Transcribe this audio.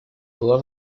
была